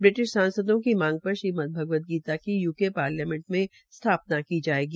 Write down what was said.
British सांसदों की मांग पर श्रीमद भगवत गीता की यू के पार्लियामेंअ में स्थापना की जायेगी